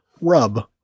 rub